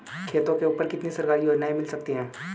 खेतों के ऊपर कितनी सरकारी योजनाएं मिल सकती हैं?